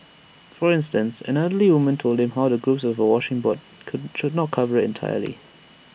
for instance an elderly woman told him how the grooves on A washing board could should not cover IT entirely